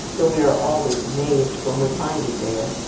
though we are always amazed when we find it there,